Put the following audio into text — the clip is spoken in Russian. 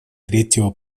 третьего